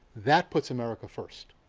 that puts america first.